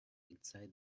inside